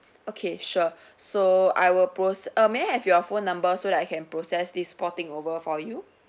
okay sure so I will pros~ err may I have your phone number so that I can process this porting over for you